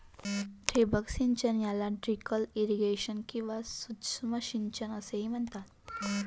ठिबक सिंचन याला ट्रिकल इरिगेशन किंवा सूक्ष्म सिंचन असेही म्हणतात